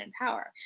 power